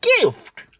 gift